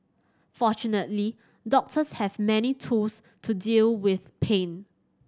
fortunately doctors have many tools to deal with pain